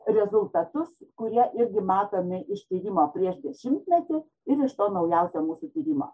rezultatus kurie irgi matomi iš tyrimo prieš dešimtmetį ir iš to naujausio mūsų tyrimo